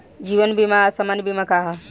जीवन बीमा आ सामान्य बीमा का ह?